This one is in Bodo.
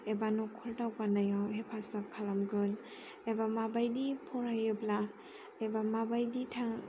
एबा न'खर दावगानायाव हेफाजाब खालामगोन एबा माबायदि फरायोब्ला एबा माबायदि